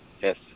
yes